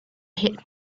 hit